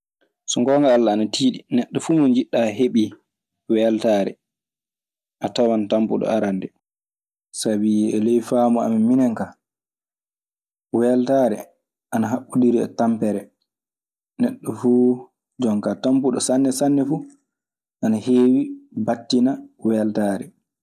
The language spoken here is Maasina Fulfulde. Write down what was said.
So gonga alla ana tiɗi, neɗɗon fu mo jiɗa hebi weltare, atawa tampuɗo arande. Sabi e ley faamu amen minen kaa, weltaare ana haɓɓondiri e tampere. Neɗɗo fuu jon kaa tampuɗo sanne sanne fuu. Ana heewi battina weltaare.